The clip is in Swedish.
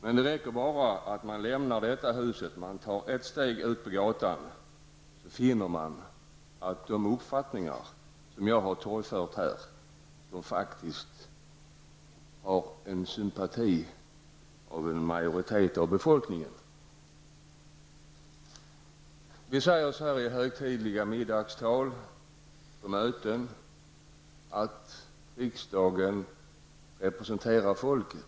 Men det räcker med att man lämnar detta hus, att man tar ett steg ut på gatan, för att man skall finna att de uppfattningar som jag har torgfört här faktiskt har sympati hos en majoritet av befolkningen. Vi säger i högtidliga middagstal och på möten att riksdagen representerar folket.